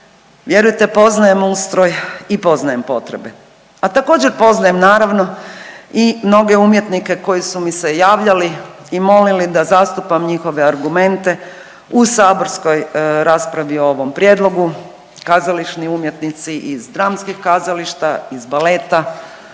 vjerujte poznajem ustroj i poznajem potrebe, a također poznajem naravno i mnoge umjetnike koji su mi se javljali i molili da zastupam njihove argumente u saborskoj raspravi o ovom prijedlogu. Kazališni umjetnici iz dramskih kazališta, iz baleta,